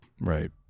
Right